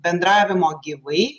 bendravimo gyvai